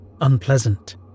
unpleasant